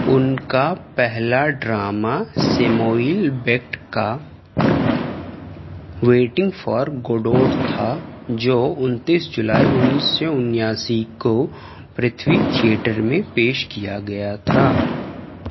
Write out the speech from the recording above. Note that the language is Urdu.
ان کا پہلا ڈرامہ سیموئیل بیکٹ کا ویٹنگ فار گوڈوٹ تھا جو انتیس جولائی انیس سو انیاسی کو پرتھوی تھیٹر میں پیش کیا گیا تھا